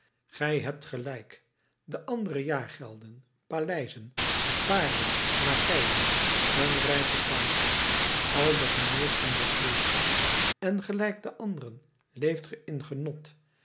gij hebt gelijk de anderen jaargelden paleizen paarden lakeien een rijke tafel al de geneuchten des levens en gelijk de anderen leeft ge in genot